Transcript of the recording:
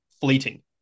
fleeting